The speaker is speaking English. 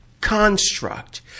construct